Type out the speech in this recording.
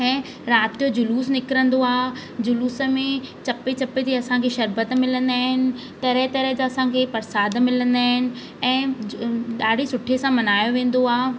ऐं राति जो जुलूस निकिरंदो आहे जुलूस में चप्पे चप्पे ते असां खे शर्बत मिलंदा आहिनि तरह तरह जा असांखे परसाद मिलंदा आहिनि ऐं ॾाढे सुठे सां मल्हायो वेंदो आहे